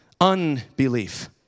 unbelief